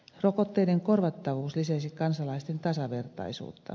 rokotteiden korvattavuus lisäisi kansalaisten tasavertaisuutta